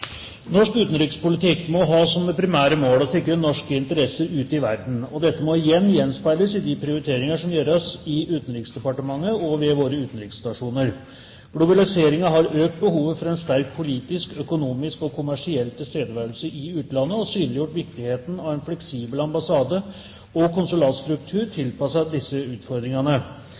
norsk utenrikspolitikk må ha som sitt primære mål å sikre norske interesser ute i verden, og at dette må gjenspeiles i prioriteringer som gjøres i Utenriksdepartementet og ved våre stasjoner. Dette har vært og er reflektert i utenrikstjenesteloven og i utenriksinstruksen, og det reflekteres i sammenheng med de årlige budsjettproposisjoner og, som representanten sa, i St.meld. nr. 15. Tolkningen og implikasjonene av